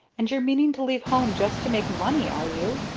and you're meaning to leave home just to make money, are you?